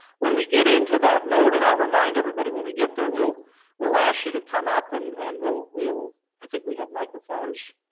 when we get into that mode, and i'll remind everybody when we get there, we'll we'll ask you to come up, and and we'll, i think we have microphones,